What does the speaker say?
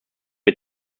wir